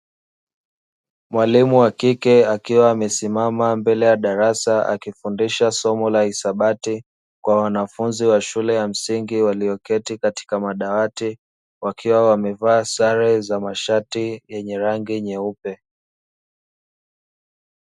Mwalimu wa kike, akiwa amesimama mbele ya darasa, akifundisha somo la hisabati kwa wanafunzi wa shule ya msingi, walioketi katika madawati, wakiwa wamevaa sare za mashati yenye rangi nyeupe.